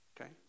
Okay